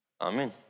Amen